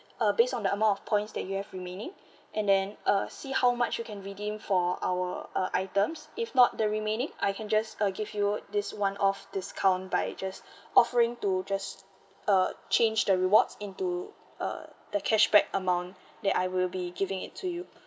uh base on the amount of points that you have remaining and then uh see how much you can redeem for our uh items if not the remaining I can just uh give you this one off discount by just offering to just uh change the rewards into uh the cashback amount that I will be giving it to you